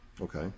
Okay